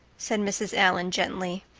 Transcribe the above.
said mrs. allan gently.